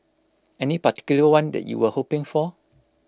any particular one that you were hoping for